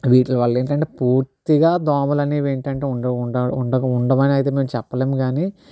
వీట్లవల్ల ఏంటంటే పూర్తిగా దోమల అనేవి ఏంటంటే ఉండవు ఉండ ఉండగా ఉండవని మేము చెప్పలేము కానీ